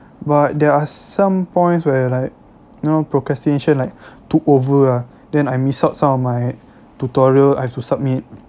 but there are some points where like know procrastination like took over ah then I miss out some of my tutorial I have to submit